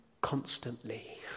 constantly